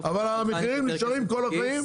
אבל המחירים נשארים כל החיים,